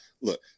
look